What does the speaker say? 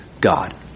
God